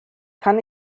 kann